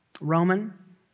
Roman